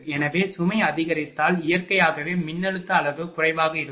எனவே சுமை அதிகரித்தால் இயற்கையாகவே மின்னழுத்த அளவு குறைவாக இருக்கும்